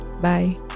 Bye